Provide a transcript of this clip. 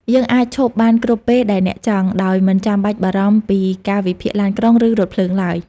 យើងអាច ឈប់បានគ្រប់ពេលដែលអ្នកចង់ ដោយមិនចាំបាច់បារម្ភពីកាលវិភាគឡានក្រុង ឬរថភ្លើងឡើយ។